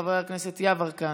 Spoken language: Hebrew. חבר הכנסת יברקן,